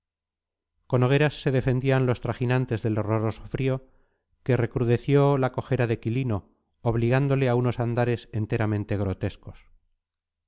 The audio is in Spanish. con hogueras se defendían los trajinantes del horroroso frío que recrudeció la cojera de quilino obligándole a unos andares enteramente grotescos